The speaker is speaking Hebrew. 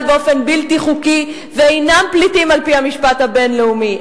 באופן בלתי חוקי ואינם פליטים על-פי המשפט הבין-לאומי.